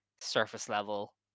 surface-level